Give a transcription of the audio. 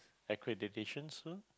accreditation too